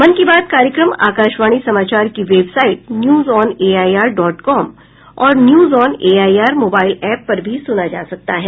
मन की बात कार्यक्रम आकाशवाणी समाचार की वेबसाइट न्यूजऑनएआईआर डॉट कॉम और न्यूजऑनएआईआर मोबाईल एप पर भी सुना जा सकता है